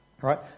right